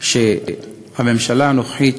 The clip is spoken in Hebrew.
שהממשלה הנוכחית,